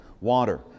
water